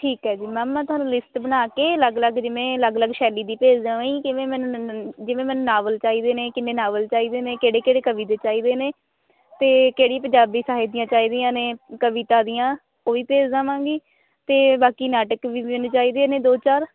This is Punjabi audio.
ਠੀਕ ਹੈ ਜੀ ਮੈਮ ਮੈਂ ਤੁਹਾਨੂੰ ਲਿਸਟ ਬਣਾ ਕੇ ਅਲੱਗ ਅਲੱਗ ਜਿਵੇਂ ਅਲੱਗ ਅਲੱਗ ਸ਼ੈਲੀ ਦੀ ਭੇਜ ਦੇਵਾਂ ਜੀ ਕਿਵੇਂ ਮੈਨੂੰ ਨ ਨ ਜਿਵੇਂ ਮੈਨੂੰ ਨਾਵਲ ਚਾਹੀਦੇ ਨੇ ਕਿੰਨੇ ਨਾਵਲ ਚਾਹੀਦੇ ਨੇ ਕਿਹੜੇ ਕਿਹੜੇ ਕਵੀ ਦੇ ਚਾਹੀਦੇ ਨੇ ਅਤੇ ਕਿਹੜੀ ਪੰਜਾਬੀ ਸਾਹਿਤ ਦੀਆਂ ਚਾਹੀਦੀਆਂ ਨੇ ਕਵਿਤਾ ਦੀਆਂ ਉਹ ਵੀ ਭੇਜ ਦੇਵਾਂਗੀ ਅਤੇ ਬਾਕੀ ਨਾਟਕ ਵੀ ਮੈਨੂੰ ਚਾਹੀਦੇ ਨੇ ਦੋ ਚਾਰ